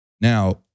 Now